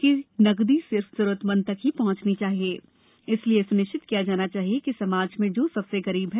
कि नकदी सिर्फ जरूरतमंद तक ही श्हंचनी चाहिए इसलिए यह सुनिश्चित किया जाना चाहिए कि समाज में जो सबसे गरीब हैं